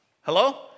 Hello